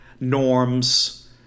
norms